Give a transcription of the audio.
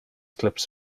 clips